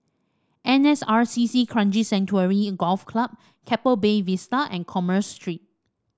N S R C C Kranji Sanctuary Golf Club Keppel Bay Vista and Commerce Street